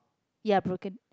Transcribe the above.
ya broken